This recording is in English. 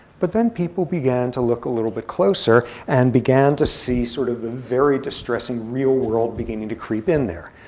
but then people began to look a little bit closer, and began to see sort of the very distressing real world beginning to creep in there.